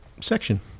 section